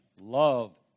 love